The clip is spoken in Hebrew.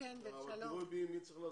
תראו את מי צריך להזמין.